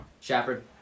Shepard